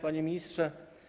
Panie Ministrze!